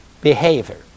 behavior